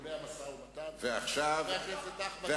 ואילולא המשא-ומתן חבר הכנסת אחמד טיבי,